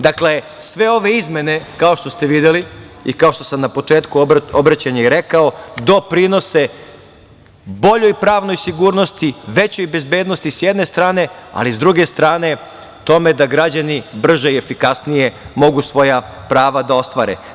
Dakle, sve ove izmene kao što ste videli i kao što sam na početku obraćanja i rekao, doprinose boljoj pravnoj sigurnosti, većoj bezbednosti s jedne strane, ali s druge strane tome da građani brže i efikasnije mogu svoja prava da ostvare.